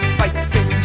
fighting